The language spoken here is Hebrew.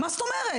מה זאת אומרת?